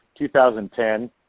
2010